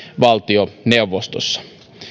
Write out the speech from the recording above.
valtioneuvostossa